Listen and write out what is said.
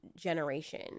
generation